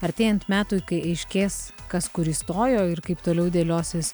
artėjant metui kai aiškės kas kur įstojo ir kaip toliau dėliosis